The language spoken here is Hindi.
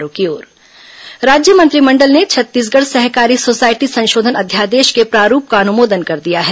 मंत्रिपरिषद निर्णय राज्य मंत्रिमंडल ने छत्तीसगढ़ सहकारी सोसायटी संशोधन अध्यादेश के प्रारूप का अनुमोदन कर दिया है